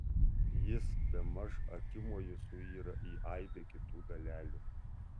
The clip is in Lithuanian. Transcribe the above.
jis bemaž akimoju suyra į aibę kitų dalelių